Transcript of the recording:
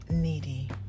Needy